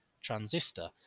transistor